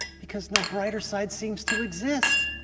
because no brighter side seems to exist.